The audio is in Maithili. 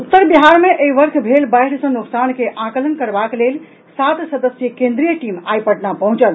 उत्तर बिहार मे एहि वर्ष भेल बाढ़ि सॅ नोकसान के आकलन करबाक लेल सात सदस्यीय केन्द्रीय टीम आइ पटना पहुंचल